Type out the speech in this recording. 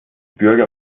bürger